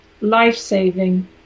life-saving